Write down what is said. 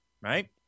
right